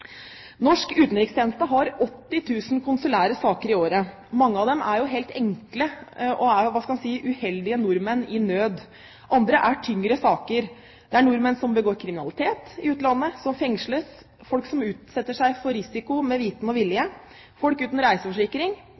året. Mange av dem er helt enkle og gjelder uheldige nordmenn i nød. Andre er tyngre saker. Det er nordmenn som begår kriminalitet i utlandet, som fengsles, folk som utsetter seg for risiko med viten og vilje, folk uten reiseforsikring